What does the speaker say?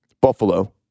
Buffalo